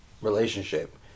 relationship